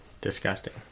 Disgusting